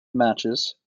matches